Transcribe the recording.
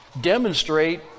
demonstrate